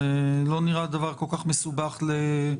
זה לא נראה דבר כל כך מסובך לדיווח.